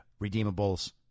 redeemables